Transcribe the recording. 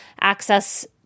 access